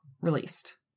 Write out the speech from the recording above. released